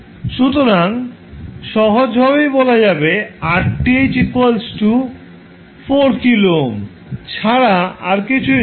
সুতরাং সহজভাবেই বলা যাবে RTh 4 কিলো ওহম ছাড়া আর কিছুই নয়